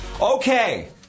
Okay